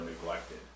neglected